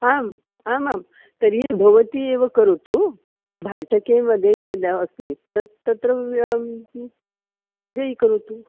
आम् आमां तर्हि भवती एव करोतु भाटके मध्ये यत् अस्ति तत् तत्र व्यां व्ययीकरोतु